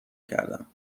کردم